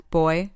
boy